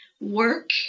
Work